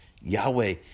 Yahweh